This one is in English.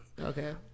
Okay